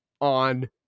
on